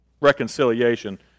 reconciliation